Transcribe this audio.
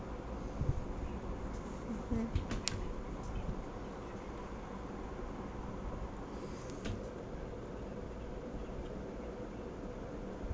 mmhmm